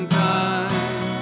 time